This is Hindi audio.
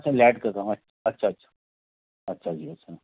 सब लाइट का काम अच्छा अच्छा अच्छा जी अच्छा